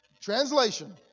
Translation